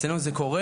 אצלנו זה קורה,